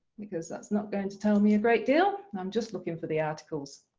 because that's not going to tell me a great deal and i'm just looking for the articles.